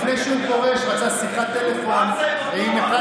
לפני שהוא פורש הוא רצה שיחת טלפון עם אחד